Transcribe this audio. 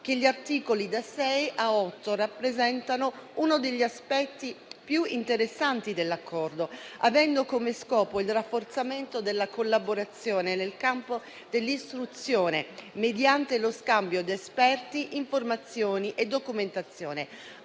che gli articoli da 6 a 8 rappresentano uno degli aspetti più interessanti dell’Accordo, avendo come scopo il rafforzamento della collaborazione nel campo dell’istruzione mediante lo scambio di esperti, informazioni e documentazione,